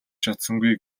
чадсангүй